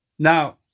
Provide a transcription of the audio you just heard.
Now